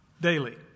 daily